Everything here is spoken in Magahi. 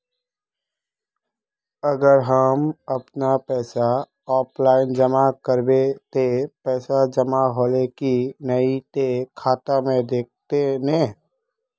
अगर हम अपन पैसा ऑफलाइन जमा करबे ते पैसा जमा होले की नय इ ते खाता में दिखते ने?